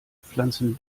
pflanzen